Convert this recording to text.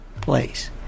place